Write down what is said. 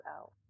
out